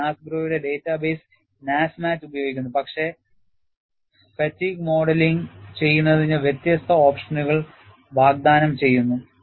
ഇത് NASGROയുടെ database NASMAT ഉപയോഗിക്കുന്നു പക്ഷേ ഫാറ്റിഗ് മോഡലിംഗ് ചെയ്യുന്നതിന് വ്യത്യസ്ത ഓപ്ഷനുകൾ വാഗ്ദാനം ചെയ്യുന്നു